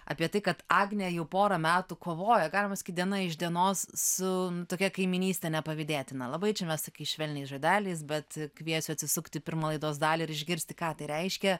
apie tai kad agnė jau porą metų kovoja galima sakyt diena iš dienos su tokia kaimynyste nepavydėtina labai čia mes tokiais švelniais žodeliais bet kviesiu atsisukti pirmą laidos dalį ir išgirsti ką tai reiškia